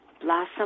Blossom